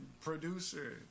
producer